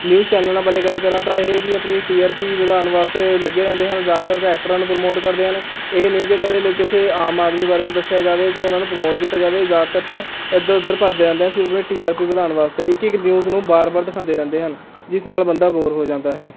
news ਚੈਨਲਾਂ ਬਾਰੇ ਗੱਲ ਕਰਾਂ ਤਾਂ ਇਹ ਵੀ ਆਪਣੀ ਟੀ ਆਰ ਪੀ ਵਧਾਉਣ ਵਾਸਤੇ ਲੱਗੇ ਰਹਿੰਦੇ ਹਨ ਜ਼ਿਆਦਾਤਰ ਤਾਂ ਐਕਟਰਾਂ ਨੂੰ ਪਰਮੋਟ ਕਰਦੇ ਹਨ ਇਹ ਨਹੀਂ ਕਿ ਕਦੇ ਕਿਸੇ ਆਮ ਆਦਮੀ ਬਾਰੇ ਵੀ ਦੱਸਿਆ ਜਾਵੇ ਅਤੇ ਉਹਨਾਂ ਨੂੰ ਪਰਮੋਟ ਕੀਤਾ ਜਾਵੇ ਜ਼ਿਆਦਾਤਰ ਤਾਂ ਇੱਧਰ ਉੱਧਰ ਭੱਜਦੇ ਰਹਿੰਦੇ ਹਨ ਸਿਰਫ਼ ਟੀ ਆਰ ਪੀ ਵਧਾਉਣ ਵਾਸਤੇ ਇੱਕ ਇੱਕ ਨਿਊਜ਼ ਨੂੰ ਵਾਰ ਵਾਰ ਦਿਖਾਉਦੇ ਰਹਿੰਦੇ ਹਨ ਜਿਸ ਨਾਲ ਬੰਦਾ ਬੋਰ ਹੋ ਜਾਂਦਾ ਹੈ